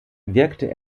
wirkte